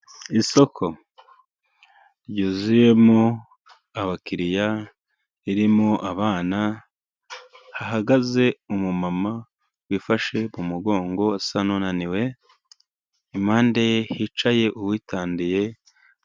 Isoko ryuzuyemo abakiriya ririmo abana bahagaze, umumama wifashe mugongo usa n'unaniwe impande ye hicaye uwitondeye.